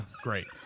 great